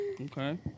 Okay